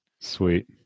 Sweet